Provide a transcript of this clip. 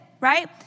right